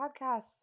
podcasts